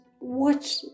watch